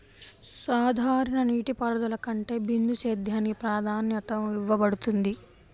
సాధారణ నీటిపారుదల కంటే బిందు సేద్యానికి ప్రాధాన్యత ఇవ్వబడుతుంది